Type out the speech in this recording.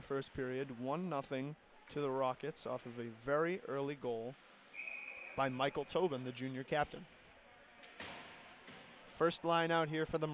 the first period one nothing to the rockets off of a very early goal by michael tobin the junior captain first line out here for the